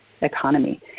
economy